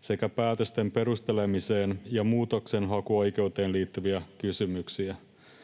sekä päätösten perustelemiseen ja muutoksenhakuoikeuteen liittyviä kysymyksiä.